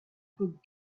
good